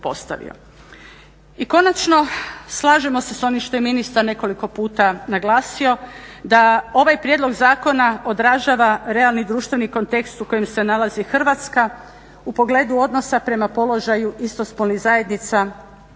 I konačno slažemo se s onim što je ministar nekoliko puta naglasio, da ovaj prijedlog zakona odražava realni društveni kontekst u kojem se nalazi Hrvatska u pogledu odnosa prema položaju istospolnih zajednica u našem